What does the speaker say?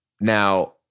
Now